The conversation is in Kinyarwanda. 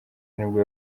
nibwo